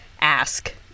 ask